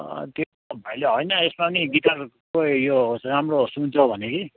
त्यो भाइले होइन यसमा पनि गिटारहरूकै यो राम्रै सुनिन्छ भन्यो कि